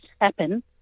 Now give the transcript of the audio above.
happen